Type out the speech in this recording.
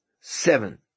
seven